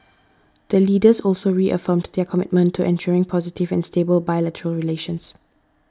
the Leaders also reaffirmed their commitment to ensuring positive and stable bilateral relations